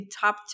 top